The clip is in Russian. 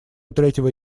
третьего